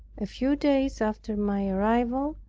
a few days after my arrival,